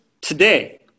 today